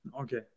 Okay